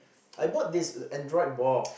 I bought this Android box